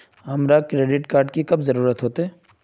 हमरा credit card की कब जरूरत होते?